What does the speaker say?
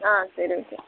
ஆ சரி ஓகே